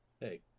Hey